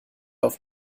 auf